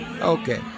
Okay